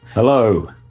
Hello